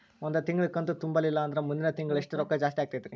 ಒಂದು ತಿಂಗಳಾ ಕಂತು ತುಂಬಲಿಲ್ಲಂದ್ರ ಮುಂದಿನ ತಿಂಗಳಾ ಎಷ್ಟ ರೊಕ್ಕ ಜಾಸ್ತಿ ಆಗತೈತ್ರಿ?